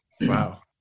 Wow